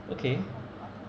okay